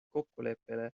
kokkuleppele